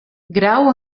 grau